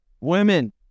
women